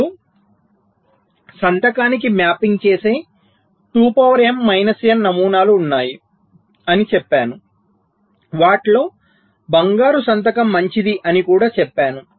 ఇప్పుడుసంతకానికి mapping చేసే 2 power m minus n నమూనాలు ఉన్నాయి అని చెప్పాను వాటిలో బంగారు సంతకం మంచిది అని కూడా చెప్పాను